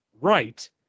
right